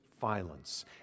violence